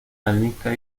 areniscas